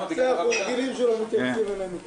זה בסדר, אנחנו רגילים שלא מתייחסים אלינו.